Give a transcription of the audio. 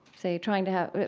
say, trying to have but